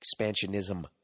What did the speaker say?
expansionism